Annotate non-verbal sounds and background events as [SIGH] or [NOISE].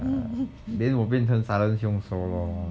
[LAUGHS]